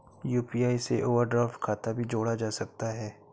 UPI से overdraft खाता भी जोड़ा जा सकता है